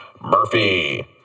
Murphy